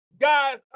Guys